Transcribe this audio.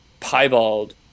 piebald